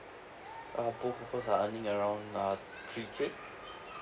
uh both of us are earning around uh three K